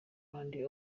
abandi